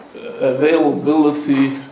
availability